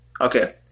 Okay